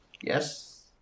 Yes